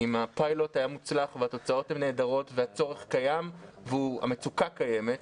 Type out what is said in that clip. אם הפיילוט היה מוצלח והתוצאות הן נהדרות והצורך קיים והמצוקה קיימת,